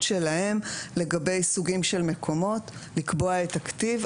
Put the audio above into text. שלהם לגבי סוגים של מקומות לקבוע את הכתיב.